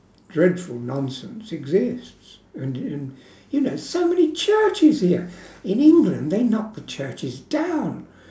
dreadful nonsense exists and and you know so many churches here in england they knock the churches down